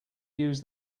use